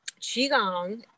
Qigong